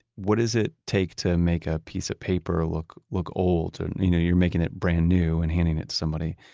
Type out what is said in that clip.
what does it take to make a piece of paper look look old? and you know, you're making it brand new and handing it to somebody.